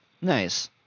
Nice